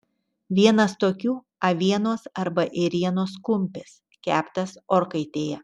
vienas tokių avienos arba ėrienos kumpis keptas orkaitėje